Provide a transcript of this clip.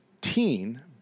teen